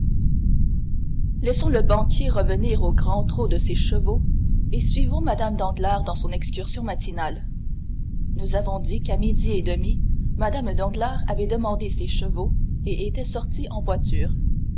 laissons le banquier revenir au grand trot de ses chevaux et suivons mme danglars dans son excursion matinale nous avons dit qu'à midi et demi mme danglars avait demandé ses chevaux et était sortie en voiture